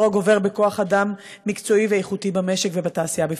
לנוכח המחסור הגובר בכוח אדם מקצועי ואיכותי במשק ובתעשייה בפרט?